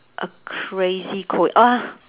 a crazy co~ ah